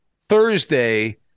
Thursday